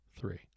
three